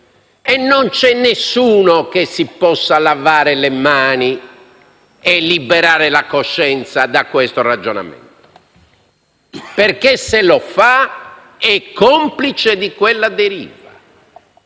e non c'è nessuno che si possa lavorare le mani e liberare la coscienza da questo ragionamento, perché, se lo fa, è complice di quella deriva;